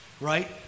right